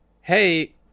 hey